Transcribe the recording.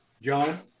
John